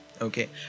Okay